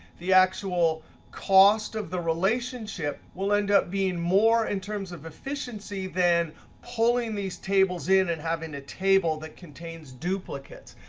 the actual cost of the relationship will end up being more in terms of efficiency than pulling these tables in and having a table that contains duplicates.